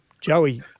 Joey